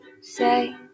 say